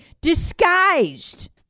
disguised